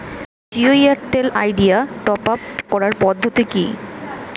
Jio Airtel Idea top up করার পদ্ধতি কি?